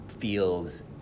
feels